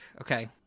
okay